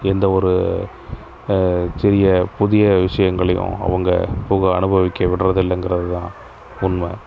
எந்த ஒரு சிறிய புதிய விஷயங்களையும் அவங்க புக அனுபவிக்க விடுறதுல்லேங்கிறது தான் உண்மை